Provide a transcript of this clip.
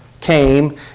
came